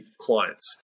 clients